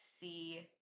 see